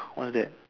what's that